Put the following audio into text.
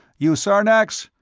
you, sarnax?